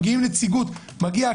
מגיעה נציגות,